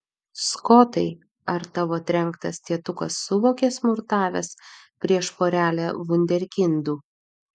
skotai ar tavo trenktas tėtukas suvokė smurtavęs prieš porelę vunderkindų